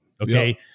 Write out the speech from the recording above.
Okay